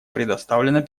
предоставлено